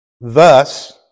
Thus